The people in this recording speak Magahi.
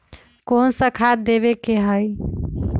कोन सा खाद देवे के हई?